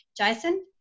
jason